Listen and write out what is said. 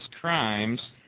crimes